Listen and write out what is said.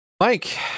Mike